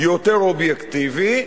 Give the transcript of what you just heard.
יותר אובייקטיבי,